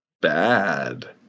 bad